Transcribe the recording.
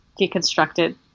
deconstructed